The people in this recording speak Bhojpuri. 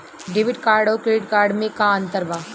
डेबिट कार्ड आउर क्रेडिट कार्ड मे का अंतर बा?